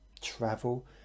travel